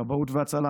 כבאות והצלה,